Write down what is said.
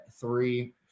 three